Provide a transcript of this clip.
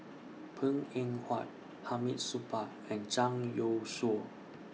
Png Eng Huat Hamid Supaat and Zhang Youshuo